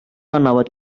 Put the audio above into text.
annavad